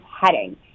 heading